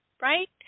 right